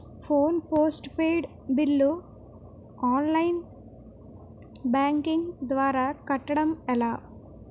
Phone postpaid bill online banking ద్వారా కట్టడం ఎలా?